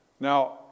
Now